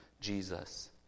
Jesus